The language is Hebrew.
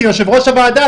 כיושבת-ראש הוועדה,